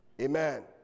amen